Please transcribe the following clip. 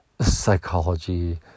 psychology